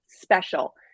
special